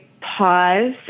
pause